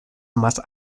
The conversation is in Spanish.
más